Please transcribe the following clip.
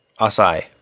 Asai